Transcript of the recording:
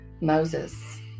Moses